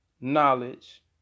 knowledge